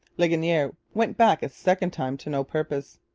ligonier went back a second time to no purpose.